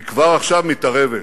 היא כבר עכשיו מתערבת.